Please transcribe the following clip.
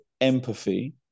empathy